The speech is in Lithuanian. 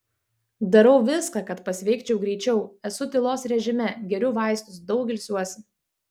darau viską kad pasveikčiau greičiau esu tylos režime geriu vaistus daug ilsiuosi